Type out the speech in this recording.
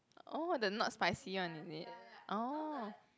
oh the not spicy one is it oh